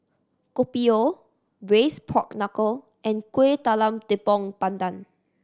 Kopi O Braised Pork Knuckle and Kuih Talam Tepong Pandan